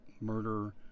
murder